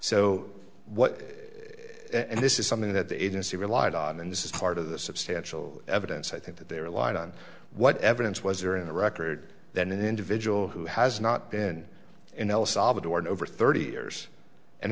so what and this is something that the agency relied on and this is part of the substantial evidence i think that they relied on what evidence was there in the record then an individual who has not been in el salvador in over thirty years and